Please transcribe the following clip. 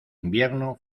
invierno